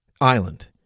Island